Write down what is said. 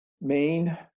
main